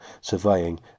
surveying